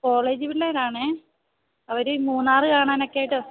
college പിള്ളാരാണെ അവര് മൂന്നാർ കാണാനൊക്കെയായിട്ട്